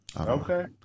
Okay